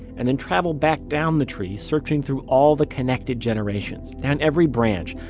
and then travel back down the tree, search and through all the connected generations, down every branch,